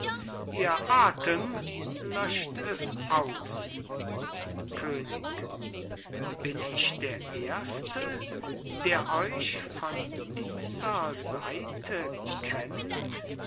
ihr atem löscht es aus könig bin ich der erste der euch von dieser seite kennt